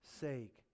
sake